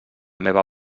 meva